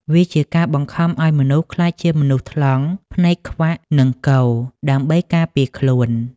វាជាការបង្ខំឱ្យមនុស្សក្លាយជាមនុស្សថ្លង់ ភ្នែកខ្វាក់ និងគ ដើម្បីការពារខ្លួន។